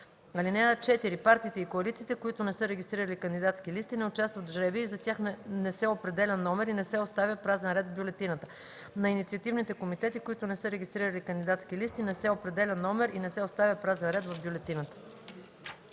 район. (4) Партиите и коалициите, които не са регистрирали кандидатски листи, не участват в жребия и за тях не се определя номер и не се оставя празен ред в бюлетината. На инициативните комитети, които не са регистрирали кандидатски листи, не се определя номер и не се оставя празен ред в бюлетината.”